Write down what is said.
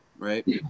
Right